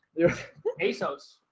ASOS